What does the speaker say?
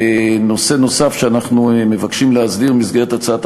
נושא נוסף שאנחנו מבקשים להסדיר במסגרת הצעת